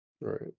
right